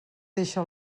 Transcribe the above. deixa